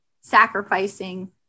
sacrificing